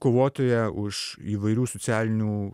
kovotoja už įvairių socialinių